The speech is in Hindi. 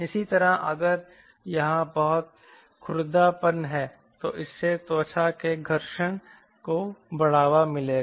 इसी तरह अगर यहाँ बहुत खुरदरापन है तो इससे त्वचा के घर्षण को बढ़ावा मिलेगा